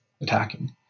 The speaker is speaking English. attacking